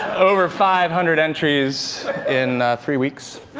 over five hundred entries in three weeks.